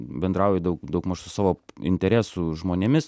bendrauji daug daugmaž su savo interesų žmonėmis